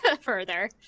further